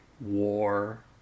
war